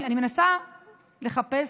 אני מנסה לחפש